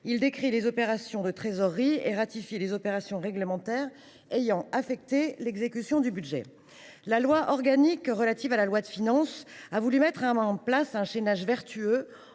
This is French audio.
Il décrit les opérations de trésorerie et ratifie les opérations réglementaires ayant affecté l’exécution du budget. La loi organique relative aux lois de finances (Lolf) a mis en place un chaînage vertueux,